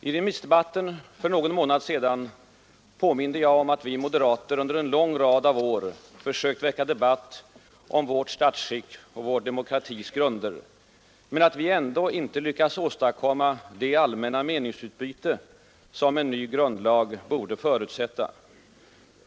I remissdebatten för någon månad sedan påminde jag om att vi moderater under en lång rad av år försökt väcka debatt om vårt statsskick och vår demokratis grunder men att vi ändå inte lyckats åstadkomma det allmänna meningsutbyte som en ny grundlag borde förutsätta.